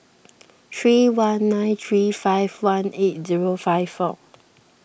three one nine three five one eight zero five four